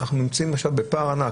אנחנו נמצאים עכשיו בפער ענק.